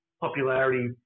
popularity